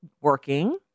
working